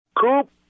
Coop